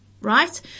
right